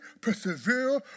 persevere